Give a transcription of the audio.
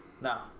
Now